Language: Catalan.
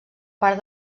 part